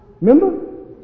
Remember